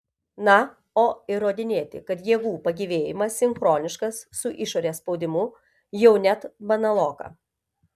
na o įrodinėti kad jėgų pagyvėjimas sinchroniškas su išorės spaudimu jau net banaloka